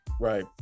right